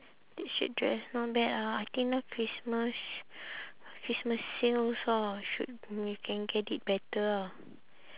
T shirt dress not bad ah I think now christmas christmas sales ah should may can get it better ah